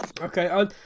Okay